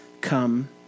come